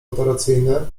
operacyjny